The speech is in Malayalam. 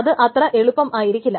അത് അത്ര എളുപ്പമായിരിക്കില്ല